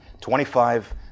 Twenty-five